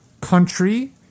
country